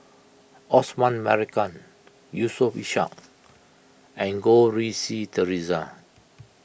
Osman Merican Yusof Ishak and Goh Rui Si theresa